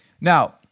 Now